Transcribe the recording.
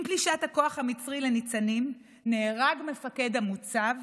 עם פלישת הכוח המצרי לניצנים נהרג מפקד המוצב